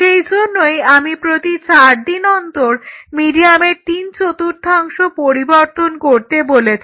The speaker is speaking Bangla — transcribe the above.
সেজন্যই আমি প্রতি চার দিন অন্তর মিডিয়ামের তিন চতুর্থাংশ পরিবর্তন করতে বলেছি